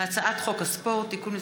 הצעת חוק הספורט (תיקון מס'